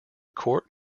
court